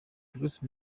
bruce